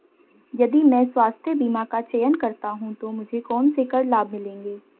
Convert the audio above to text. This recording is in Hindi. यदि मैं स्वास्थ्य बीमा का चयन करता हूँ तो मुझे कौन से कर लाभ मिलेंगे?